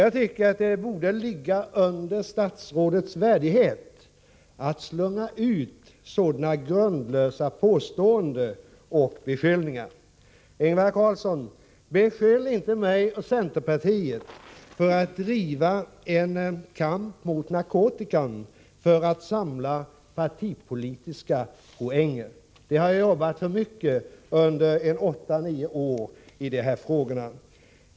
Jag tycker att det borde ligga under statsrådets värdighet att slunga ut sådana grundlösa påståenden och beskyllningar. Ingvar Carlsson! Beskyll inte mig och centerpartiet för att driva en kamp mot narkotikan i syfte att samla partipolitiska poänger! Jag har jobbat länge — kanske åtta nio år — med dessa frågor.